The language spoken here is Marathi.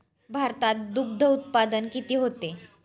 भारतात दुग्धउत्पादन किती होते?